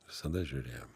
visada žiūrėjo